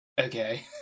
Okay